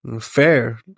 fair